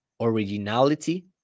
originality